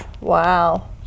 Wow